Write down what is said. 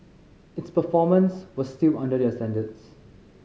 its performance was still under their standards